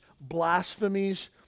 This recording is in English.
blasphemies